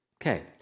Okay